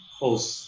host